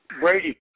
Brady